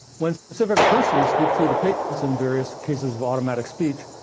when specific persons speak through the patients in various cases of automatic speech,